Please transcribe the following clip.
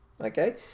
okay